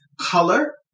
color